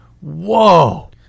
Whoa